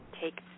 Take